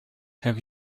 have